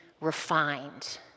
refined